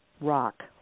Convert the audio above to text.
rock